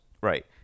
Right